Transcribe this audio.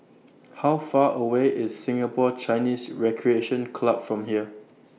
How Far away IS Singapore Chinese Recreation Club from here